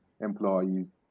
employees